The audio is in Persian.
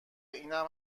اینم